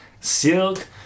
silk